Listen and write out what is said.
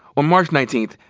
on march nineteenth,